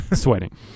sweating